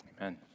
Amen